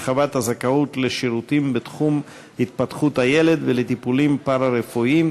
הרחבת הזכאות לשירותים בתחום התפתחות הילד ולטיפולים פארה-רפואיים),